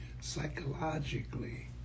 psychologically